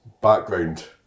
background